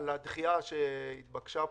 הדחייה במועדים שהתבקשה פה.